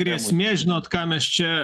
grėsmė žinot ką mes čia